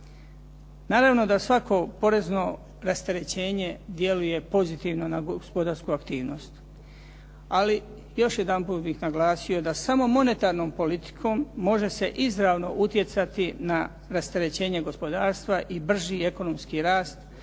Naravno da svako porezno rasterećenje djeluje pozitivno na gospodarsku aktivnost, ali još jedanput bih naglasio da samo monetarnom politikom može se izravno utjecati na rasterećenje gospodarstva i brži ekonomski rast,